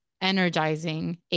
energizing